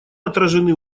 отражены